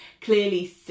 Clearly